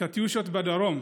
קטיושות בדרום.